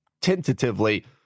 tentatively